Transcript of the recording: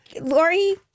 Lori